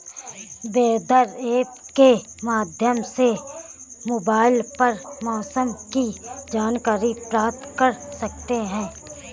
weather app के माध्यम से मोबाइल पर मौसम की जानकारी प्राप्त कर सकते हैं